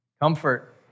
Comfort